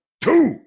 two